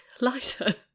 Liza